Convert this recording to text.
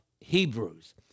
Hebrews